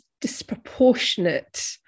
disproportionate